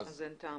אז אין צורך.